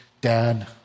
Dad